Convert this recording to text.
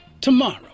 tomorrow